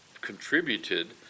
contributed